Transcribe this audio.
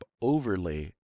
overlay